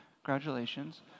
Congratulations